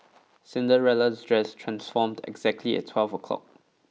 Cinderella's dress transformed exactly at twelve o'clock